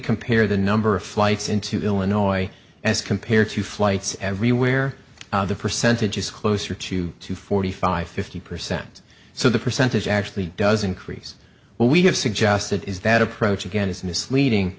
compare the number of flights into illinois as compared to flights everywhere the percentage is closer to two forty five fifty percent so the percentage actually does increase well we have suggested is that approach again is misleading